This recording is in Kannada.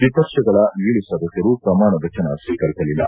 ವಿಪಕ್ಷಗಳ ಏಳು ಸದಸ್ಯರು ಪ್ರಮಾಣ ವಚನ ಸ್ವೀಕರಿಸಲಿಲ್ಲ